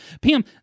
Pam